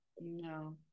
No